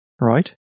right